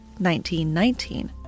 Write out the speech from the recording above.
1919